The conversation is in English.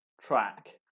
track